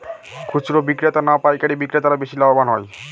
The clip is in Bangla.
খুচরো বিক্রেতা না পাইকারী বিক্রেতারা বেশি লাভবান হয়?